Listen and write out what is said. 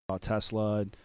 Tesla